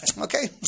Okay